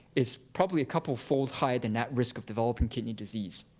is probably a couple-fold higher than that risk of developing kidney disease.